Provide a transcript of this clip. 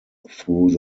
through